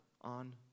on